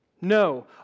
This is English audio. no